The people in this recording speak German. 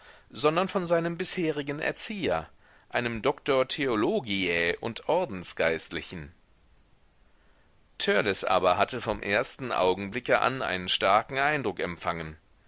sondern von seinem bisherigen erzieher einem doctor theologiae und ordensgeistlichen törleß aber hatte vom ersten augenblicke an einen starken eindruck empfangen